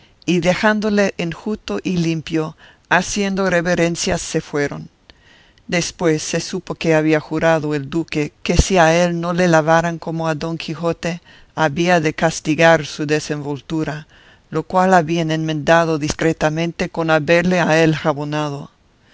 y dejándole enjuto y limpio haciendo reverencias se fueron después se supo que había jurado el duque que si a él no le lavaran como a don quijote había de castigar su desenvoltura lo cual habían enmendado discretamente con haberle a él jabonado